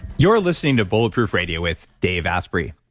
you're listening to bulletproof radio with dave asprey.